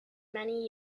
many